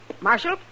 Marshal